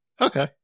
Okay